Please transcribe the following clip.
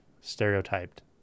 stereotyped